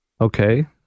Okay